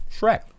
Shrek